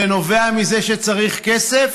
זה נובע מזה שצריך כסף?